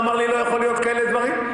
הוא אמר לי: לא יכול להיות כאלה דברים,